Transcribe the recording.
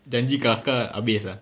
janji kelakar habis ah